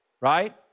right